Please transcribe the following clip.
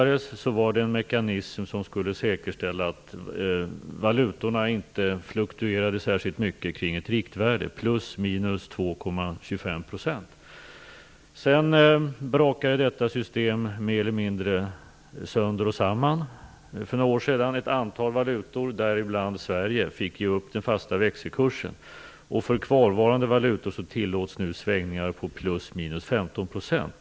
Då var det en mekanism som skulle säkerställa att valutorna inte fluktuerade särskilt mycket kring ett riktvärde; plus eller minus 2,25 %. Sedan brakade detta system mer eller mindre sönder och samman för några år sedan. Ett antal länder, däribland Sverige, fick ge upp den fasta växelkursen. För kvarvarande valutor tillåts nu svängningar på plus eller minus 15 %.